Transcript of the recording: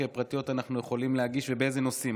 פרטיות אנחנו יכולים להגיש ובאילו נושאים.